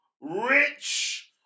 rich